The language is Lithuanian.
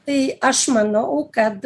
tai aš manau kad